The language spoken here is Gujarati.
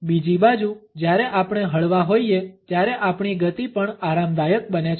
બીજી બાજુ જ્યારે આપણે હળવા હોઈએ ત્યારે આપણી ગતિ પણ આરામદાયક બને છે